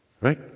Right